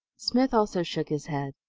smith also shook his head.